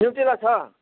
Nutella छ